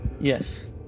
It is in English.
Yes